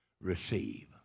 receive